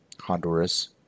Honduras